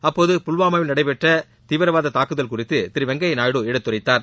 அப்போது புல்வாமாவில் நடைபெற்ற தீவிரவாத தாக்குதல் குறித்து வெங்கய்யா நாயுடு எடுத்துரைத்தார்